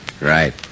Right